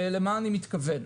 למה אני מתכוון?